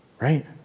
Right